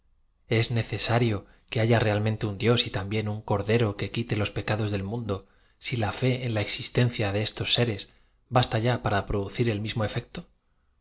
es necesario que haya realmente nn dios y también un cordero que quite los pecados del mundo si la fe en la existen cia de esos seres basta y a p ara producir el mismo efecto